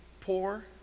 poor